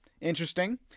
Interesting